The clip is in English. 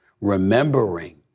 remembering